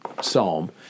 psalm